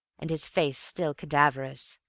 and his face still cadaverous,